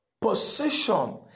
position